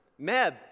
Meb